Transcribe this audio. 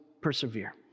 persevere